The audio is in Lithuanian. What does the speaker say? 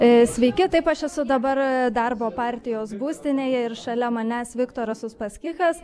sveiki taip aš esu dabar darbo partijos būstinėje ir šalia manęs viktoras uspaskichas